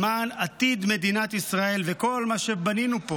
למען עתיד מדינת ישראל וכל מה שבנינו פה